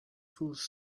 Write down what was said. fools